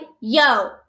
yo